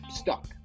Stuck